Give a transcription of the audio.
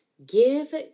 Give